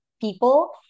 people